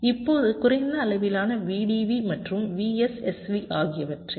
இப்போது குறைந்த அளவிலான VDV மற்றும் VSSV ஆகியவற்றில் துணை மின்னழுத்தம் உள்ளது